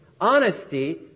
honesty